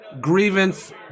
Grievance